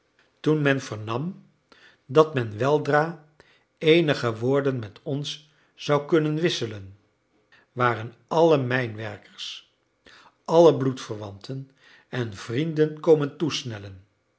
toen men vernam dat men weldra eenige woorden met ons zou kunnen wisselen waren alle mijnwerkers alle bloedverwanten en vrienden komen toesnellen